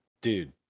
dude